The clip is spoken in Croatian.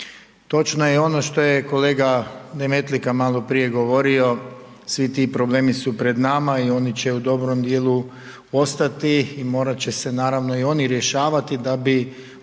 Točno je ono što je kolega Demetlika malo prije govorio. Svi ti problemi su pred nama i oni će u dobrom dijelu ostati i morat će se naravno i oni rješavati da bi